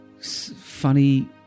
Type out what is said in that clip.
funny